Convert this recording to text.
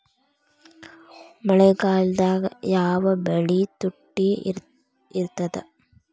ಮಳೆಗಾಲದಾಗ ಯಾವ ಬೆಳಿ ತುಟ್ಟಿ ಇರ್ತದ?